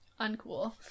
uncool